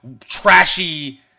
trashy